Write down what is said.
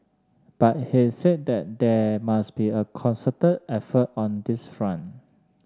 but he said that there must be a concerted effort on this front